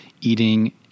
eating